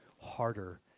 harder